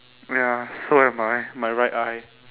ya so am I my right eye